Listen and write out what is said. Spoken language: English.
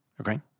Okay